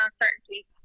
uncertainty